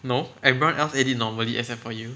no everyone else ate it normally except you